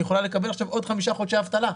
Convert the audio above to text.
היא יכולה לקבל עכשיו עוד חמישה חודשי אבטלה.